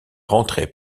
rentrait